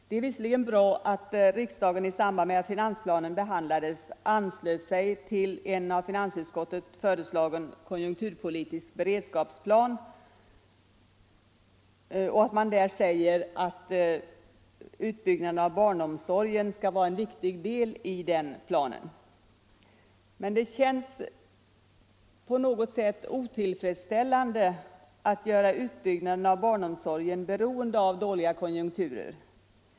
Det är visserligen bra att riksdagen i samband med behandlingen av finansplanen anslöt sig till förslaget från finansutskottet om en konjunkturpolitisk beredskapsplan, där det sägs att utbyggnaden av barnomsorgen skall vara en viktig del av planen. Men det känns på något sätt otillfredsställande att göra utbyggnaden av barnomsorgen beroende av dåliga konjunkturer.